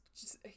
just-